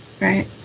right